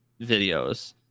videos